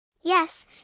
Yes